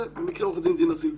זה במקרה עו"ד דינה זילבר.